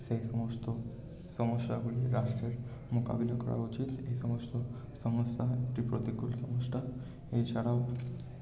সেই সমস্ত সমস্যাগুলি রাষ্ট্রের মোকাবিলা করা উচিত এই সমস্ত সমস্যা একটি প্রতিকূল সমস্যা এই ছাড়াও